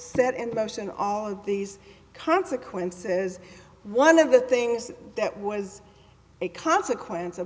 set in motion all of these consequences one of the things that was a consequence of